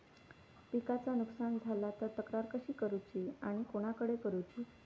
पिकाचा नुकसान झाला तर तक्रार कशी करूची आणि कोणाकडे करुची?